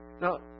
Now